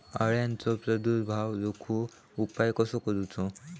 अळ्यांचो प्रादुर्भाव रोखुक उपाय कसो करूचो?